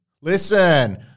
listen